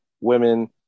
women